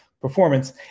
performance